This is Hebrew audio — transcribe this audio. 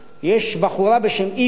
יש בחורה בשם אִיוָה,